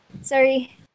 Sorry